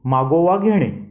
मागोवा घेणे